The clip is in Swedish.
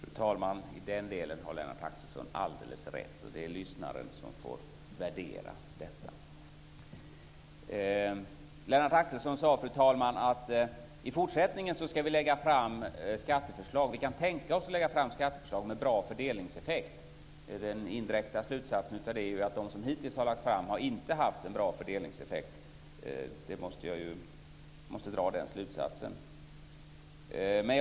Fru talman! I den delen har Lennart Axelsson alldeles rätt. Det är lyssnaren som får värdera detta. Fru talman! Lennart Axelsson sade att i fortsättningen kan man tänka sig att lägga fram skatteförslag som har en bra fördelningseffekt. Den indirekta slutsatsen av det är att de förslag som hittills har lagts fram inte har haft en bra fördelningseffekt. Jag måste dra den slutsatsen.